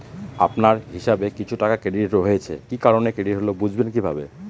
আপনার হিসাব এ কিছু টাকা ক্রেডিট হয়েছে কি কারণে ক্রেডিট হল বুঝবেন কিভাবে?